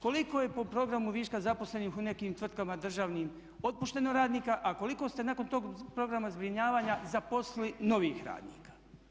Koliko je po programu viška zaposlenih u nekim tvrtkama državnim otpušteno radnika, a koliko ste nakon tog programa zbrinjavanja zaposlili novih radnika.